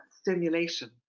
stimulation